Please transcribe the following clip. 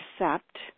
accept